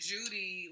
Judy